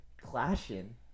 clashing